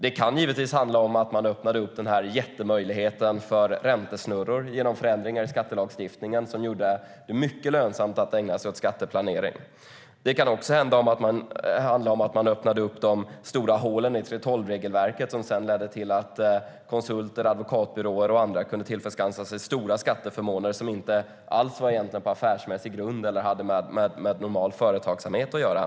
Det kan givetvis handla om att man öppnade denna jättemöjlighet för räntesnurror genom förändringar i skattelagstiftningen som gjorde det mycket lönsamt att ägna sig åt skatteplanering. Det kan också handla om att man öppnade upp de stora hålen i 3:12-regelverket, som sedan ledde till att konsulter, advokatbyråer och andra kunde tillförskansa sig stora skatteförmåner som egentligen inte alls var på affärsmässig grund eller hade med normal företagsamhet att göra.